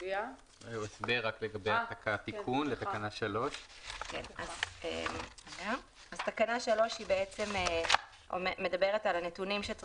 הסבר לתיקון לתקנה 3. תקנה 3 מדברת על הנתונים שהיו